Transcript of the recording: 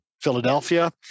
Philadelphia